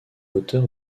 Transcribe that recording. auteur